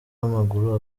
w’amaguru